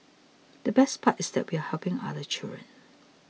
the best part is that we are helping other children